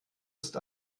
ist